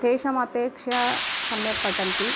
तेषामपेक्षया सम्यक् पठन्ति